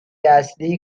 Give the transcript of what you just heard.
اصلی